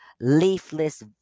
leafless